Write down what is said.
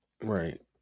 right